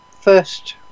first